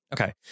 Okay